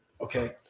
Okay